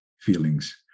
feelings